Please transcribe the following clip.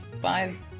Five